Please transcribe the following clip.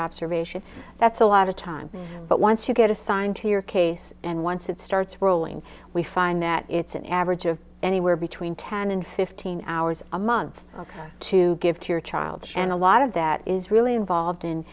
observation that's a lot of time but once you get assigned to your case and once it starts rolling we find that it's an average of anywhere between ten and fifteen hours a month to give to your child and a lot of that is really involved